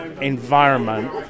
Environment